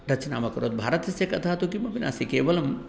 रचनामकरोत् भारतस्य कथा तु किमपि नास्ति केवलं